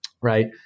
Right